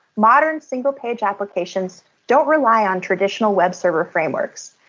modern single-page applications, don't rely on traditional web server frameworks,